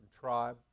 tribe